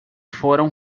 foram